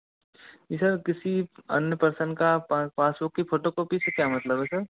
जी sir किसी अन्य person का पासबुक की फ़ोटोकॉपी से क्या मतलब है सर